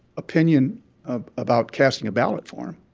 opinion um about casting a ballot for him.